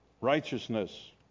righteousness